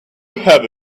have